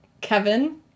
Kevin